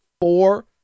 four